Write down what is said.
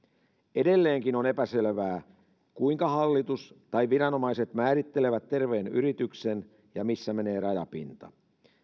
edelleenkin on epäselvää kuinka hallitus tai viranomaiset määrittelevät terveen yrityksen ja missä menee rajapinta